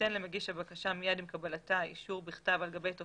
תיתן למגיש הבקשה מיד עם קבלתה אישור בכתב על הגשת